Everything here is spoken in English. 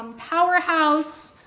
powerhouse,